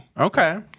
Okay